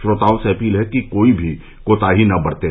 श्रोताओं से अपील है कि कोई भी कोताही न बरतें